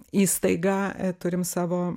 įstaiga turim savo